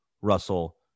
Russell